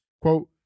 Quote